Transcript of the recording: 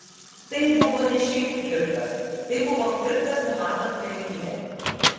tai buvo ne šiaip flirtas tai buvo flirtas numatant galimybę